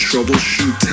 Troubleshoot